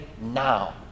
now